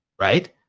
right